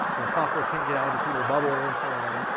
you know software can't get out of its little bubble, and so on.